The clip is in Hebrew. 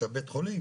שהבית חולים